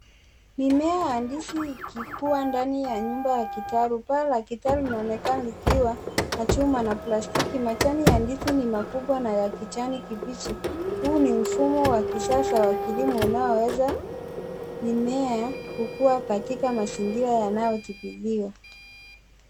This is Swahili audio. Mimea ya ndizi ikikuwa ndani ya nyumba ya kitaru. Bao la kitaru linaonekana likiwa na chuma na plastiki. Majani ya ndizi ni makubwa na ya kijani kibichi. Huu ni mfumo wa kisasa wa kilimo unaoweza mimea kukua katika mazingira yanayodhibitiwa.